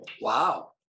Wow